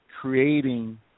creating